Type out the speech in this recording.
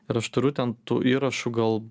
ir aš turiu ten tų įrašų gal